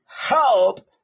help